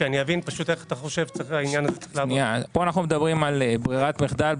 פה אנחנו מדברים על ברירת מחדל,